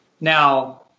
Now